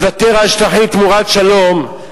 לוותר על שטחים תמורת שלום,